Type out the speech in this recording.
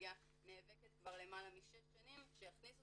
פיברומיאלגיה נאבקת כבר למעלה משש שנים שיכניסו